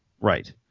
Right